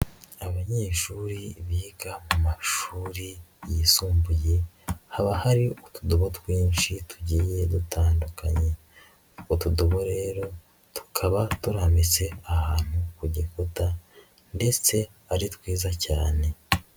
Abanyeshuri biga mu mashuri yisumbuye haba hari utudobo twinshi tugiye dutandukanye, utudobo rero tukaba turambitse ahantu ku gikuta ndetse ari twiza cyane.